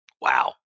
Wow